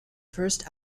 first